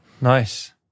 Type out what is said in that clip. Nice